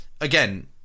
again